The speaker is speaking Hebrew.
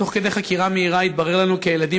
תוך כדי חקירה מהירה התברר לנו כי הילדים